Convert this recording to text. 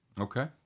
Okay